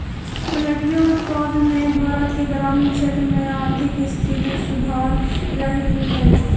poultry उत्पाद से भारत के ग्रामीण क्षेत्र में आर्थिक स्थिति सुधर रहलई हे